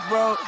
Bro